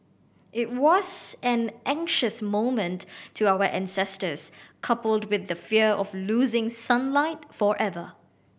it was an anxious moment to our ancestors coupled with the fear of losing sunlight forever